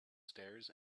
stairs